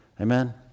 Amen